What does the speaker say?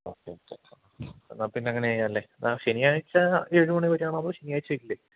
okay okay ഹാ എന്നാൽ പിന്നെ അങ്ങനെ ചെയ്യാമല്ലേ ആ ശനിയാഴ്ച്ച ഏഴു മണി വരെ ആണോ അതോ ശനിയാഴ്ച്ച ഇല്ലേ